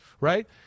right